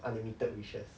unlimited wishes